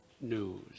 news